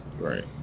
Right